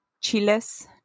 chiles